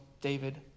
David